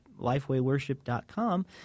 LifeWayWorship.com